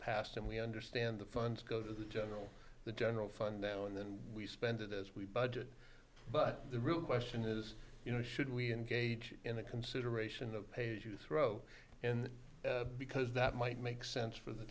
past and we understand the funds go to the general the general fund now and then we spend it as we budget but the real question is you know should we engage in the consideration the page you throw in the because that might make sense for the